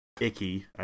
icky